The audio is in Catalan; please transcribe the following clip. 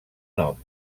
nom